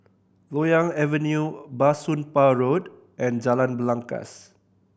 Loyang Avenue Bah Soon Pah Road and Jalan Belangkas